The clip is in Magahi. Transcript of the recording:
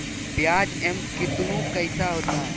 प्याज एम कितनु कैसा होता है?